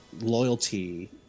loyalty